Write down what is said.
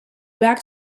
back